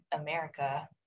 America